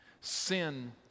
Sin